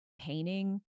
painting